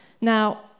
Now